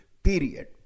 period